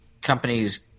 companies